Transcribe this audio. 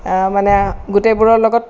মানে গোটেইবোৰৰ লগত